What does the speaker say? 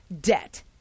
debt